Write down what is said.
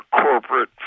corporate